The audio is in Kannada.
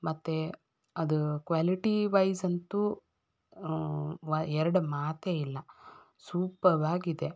ಮತ್ತು ಅದು ಕ್ವ್ಯಾಲಿಟಿವೈಸ್ ಅಂತೂ ಎರಡು ಮಾತೇ ಇಲ್ಲ ಸೂಪಬ್ ಆಗಿದೆ